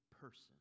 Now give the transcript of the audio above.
person